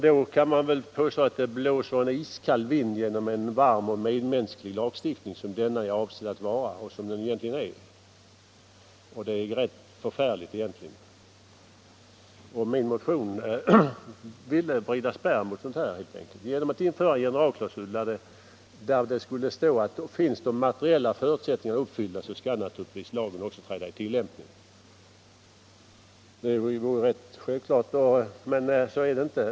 Då kan man väl påstå att det blåser en iskall vind genom en varm och medmänsklig lagstiftning, som denna är avsedd att vara och också är. Det är egentligen rätt förfärligt. Med min motion ville jag rida spärr mot sådana missförhållanden genom en generalklausul där det skulle stå att om de materiella förutsättningarna är uppfyllda skall lagen träda i tillämpning. Det borde vara rätt självklart.